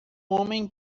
homem